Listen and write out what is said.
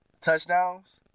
touchdowns